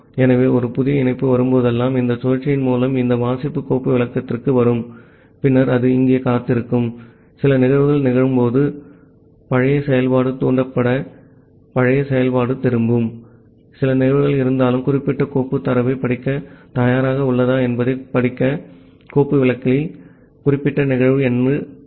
ஆகவே ஒரு புதிய இணைப்பு வரும்போதெல்லாம் இந்த சுழற்சியின் மூலம் இந்த வாசிப்பு கோப்பு விளக்கத்திற்கு வரும் பின்னர் அது இங்கே காத்திருக்கும் சில நிகழ்வுகள் நிகழும்போது பழைய செயல்பாடு தூண்டப்பட்டு பழைய செயல்பாடு திரும்பும் சில நிகழ்வு இருந்தாலும் குறிப்பிட்ட கோப்பு தரவைப் படிக்கத் தயாராக உள்ளதா என்பதைப் படிக்க கோப்பு விளக்கிகளில் குறிப்பிட்ட நிகழ்வு என்று பொருள்